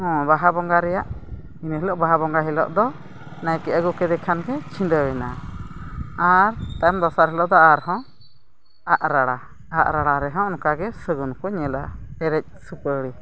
ᱦᱮᱸ ᱵᱟᱦᱟ ᱵᱚᱸᱜᱟ ᱨᱮᱭᱟᱜ ᱤᱱᱟᱹ ᱦᱤᱞᱳᱜ ᱵᱟᱦᱟ ᱵᱚᱸᱜᱟ ᱦᱤᱞᱳᱜ ᱫᱚ ᱱᱟᱭᱠᱮ ᱟᱹᱜᱩ ᱠᱮᱫᱮ ᱠᱷᱟᱱᱜᱮ ᱪᱷᱤᱰᱟᱹᱣᱮᱱᱟ ᱟᱨ ᱛᱟᱭᱚᱢ ᱫᱚᱥᱟᱨ ᱦᱤᱞᱳᱜ ᱫᱚ ᱟᱨᱦᱚᱸ ᱟᱜ ᱨᱟᱲᱟ ᱟᱜ ᱨᱟᱲᱟ ᱨᱮᱦᱚᱸ ᱚᱱᱠᱟᱜᱮ ᱥᱟᱹᱜᱩᱱ ᱠᱚ ᱧᱮᱞᱟ ᱯᱮᱨᱮᱡ ᱥᱩᱯᱟᱹᱨᱤ